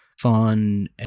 fun